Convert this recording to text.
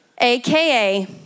AKA